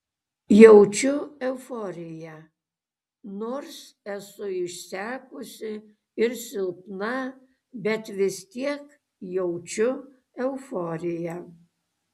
jaučiu euforiją nors esu išsekusi ir silpna bet vis tiek jaučiu euforiją